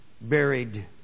buried